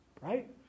right